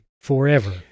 forever